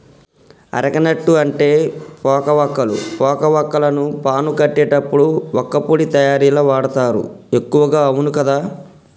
areca nut అంటే పోక వక్కలు, పోక వాక్కులను పాను కట్టేటప్పుడు వక్కపొడి తయారీల వాడుతారు ఎక్కువగా అవును కదా